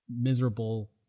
miserable